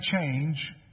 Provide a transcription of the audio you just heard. change